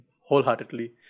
wholeheartedly